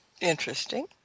Interesting